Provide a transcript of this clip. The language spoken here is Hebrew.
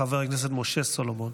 חבר הכנסת משה סולומון.